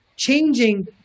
changing